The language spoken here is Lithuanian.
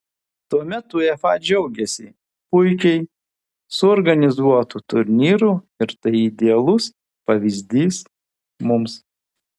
tuomet uefa džiaugėsi puikiai suorganizuotu turnyru ir tai idealus pavyzdys mums